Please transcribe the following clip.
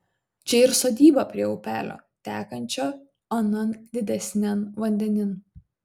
čia ir sodyba prie upelio tekančio anan didesnian vandenin